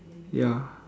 ya